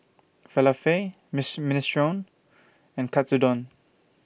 Falafel Miss Minestrone and Katsudon